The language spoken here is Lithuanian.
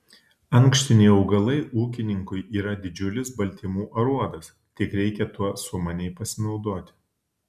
ankštiniai augalai ūkininkui yra didžiulis baltymų aruodas tik reikia tuo sumaniai pasinaudoti